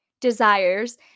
desires